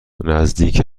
نزدیک